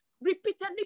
repeatedly